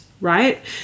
right